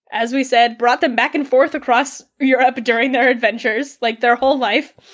as we said, brought them back and forth across europe during their adventures, like their whole life.